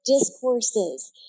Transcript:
discourses